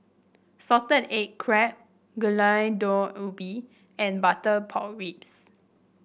Salted Egg Crab Gulai Daun Ubi and Butter Pork Ribs